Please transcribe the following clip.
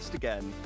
again